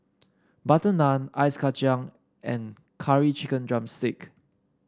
butter naan Ice Kacang and Curry Chicken drumstick